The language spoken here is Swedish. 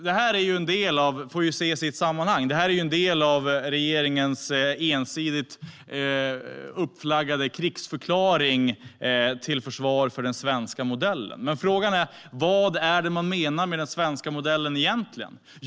Det får ses i ett sammanhang. Det är en del av regeringens ensidigt uppflaggade krigsförklaring till försvar för den svenska modellen. Men frågan är: Vad är det man egentligen menar med den svenska modellen?